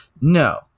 No